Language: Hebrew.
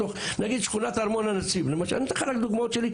בתוך שכונת ארמון הנציב אני נותן לך רק דוגמאות משלי,